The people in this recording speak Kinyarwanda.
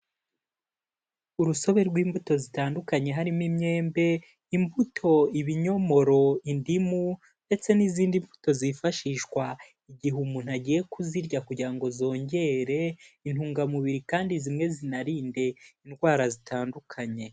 Urusobe rw'imbuto zitandukanye harimo imyembe, imbuto, ibinyomoro, indimu ndetse n'izindi mbuto zifashishwa igihe umuntu agiye kuzirya kugira ngo zongere, intungamubiri kandi zimwe zinarinde indwara zitandukanye.